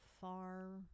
far